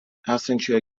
esančioje